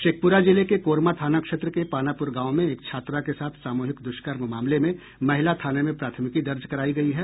शेखपुरा जिले के कोरमा थाना क्षेत्र के पानापुर गांव में एक छात्रा के साथ सामूहिक दुष्कर्म मामले में महिला थाने में प्राथमिकी दर्ज करायी गयी है